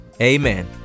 Amen